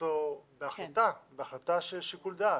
לעצור בהחלטה, בהחלטה של שיקול דעת.